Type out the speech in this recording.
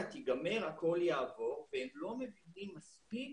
תיגמר הכול יעבור והם לא מבינים מספיק